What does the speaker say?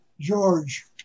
George